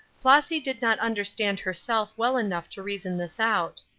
flossy did not understand herself well enough to reason this out.